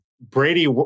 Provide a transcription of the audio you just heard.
Brady